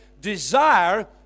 desire